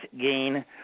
gain